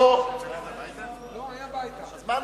אדוני היושב-ראש,